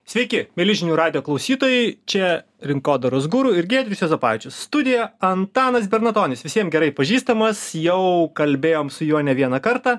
sveiki mieli žinių radijo klausytojai čia rinkodaros guru ir giedrius juozapavičius studijo antanas bernatonis visiems gerai pažįstamas jau kalbėjom su juo ne vieną kartą